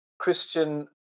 Christian